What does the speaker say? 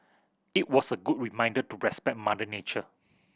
it was a good reminder to respect mother nature